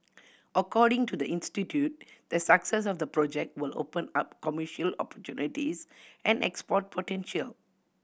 according to the institute the success of the project will open up commercial opportunities and export potential